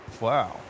Wow